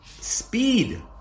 speed